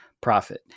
profit